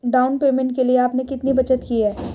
Down payment के लिए आपने कितनी बचत की है?